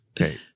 Okay